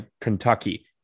Kentucky